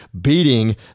beating